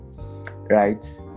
right